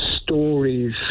stories